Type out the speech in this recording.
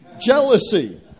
Jealousy